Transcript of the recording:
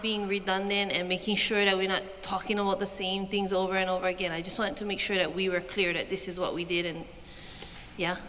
being redundant and making sure that we're not talking about the same things over and over again i just want to make sure that we were clear that this is what we did and yeah